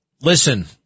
listen